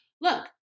look